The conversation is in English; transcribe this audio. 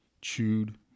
chewed